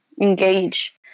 engage